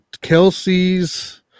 Kelsey's